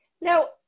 Now